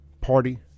party